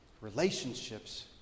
relationships